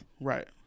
Right